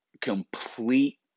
complete